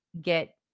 get